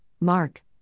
Mark